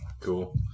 Cool